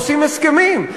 עושים הסכמים.